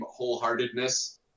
wholeheartedness